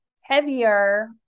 heavier